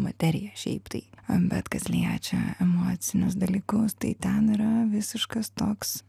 materiją šiaip tai bet kas liečia emocinius dalykus tai ten yra visiškas toks